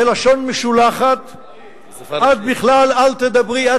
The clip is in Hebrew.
בלשון משולחת: את בכלל אל תדברי,